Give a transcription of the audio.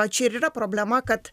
čia ir yra problema kad